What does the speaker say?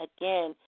Again